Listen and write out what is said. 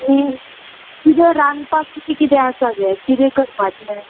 कि किदें रानपाक किदें किदें आसा गे किदें करपाचें